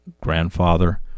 Grandfather